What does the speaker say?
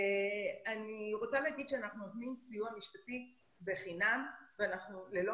רוצה להגיד שאנחנו נותנים סיוע משפטי בחינם ללא